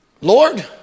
Lord